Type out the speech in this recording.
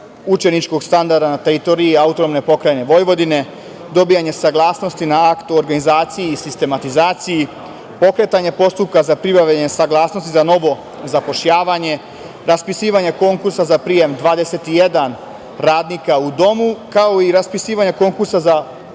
učeničkog standarda na teritoriji AP Vojvodine, dobijanje saglasnosti na aktu, organizaciji i sistematizaciji, pokretanje postupka za pribavljanje saglasnosti za novo zapošljavanje, raspisivanje konkursa za prijem 21 radnika u domu, kao i raspisivanje konkursa za